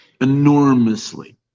enormously